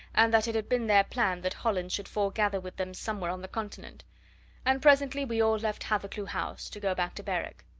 and that it had been their plan that hollins should foregather with them somewhere on the continent and presently we all left hathercleugh house to go back to berwick.